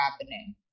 happening